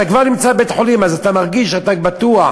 אתה כבר נמצא בבית-חולים אז אתה מרגיש שאתה בטוח.